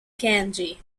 kanji